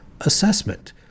assessment